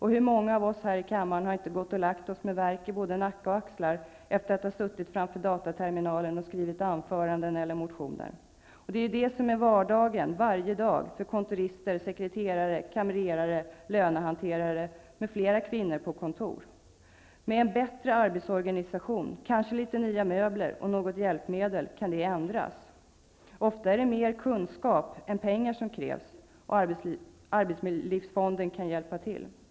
Hur många av oss här i kammaren har inte gått och lagt oss med värk i både nacke och axlar efter att ha suttit framför dataterminalen och skrivit anföranden eller motioner. Detta är vardagen varje dag för kontorister, sekreterare, kamrerare, lönehanterare m.fl. kvinnor på kontor. Det kan ändras med en bättre arbetsorganisation och kanske litet nya möbler och något hjälpmedel. Det är ofta mer kunskap än pengar som krävs. Arbetslivsfonden kan hjälpa till med detta.